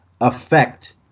affect